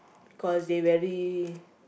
cause they very